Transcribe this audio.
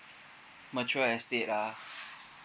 mature estate ah